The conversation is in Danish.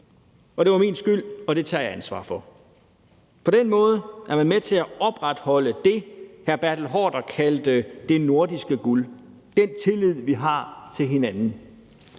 det var min skyld, og det tager jeg ansvaret for. På den måde er man med til at opretholde det, hr. Bertel Haarder kaldte det nordiske guld – den tillid, vi har til hinanden.